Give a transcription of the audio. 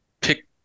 pick